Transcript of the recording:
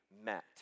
met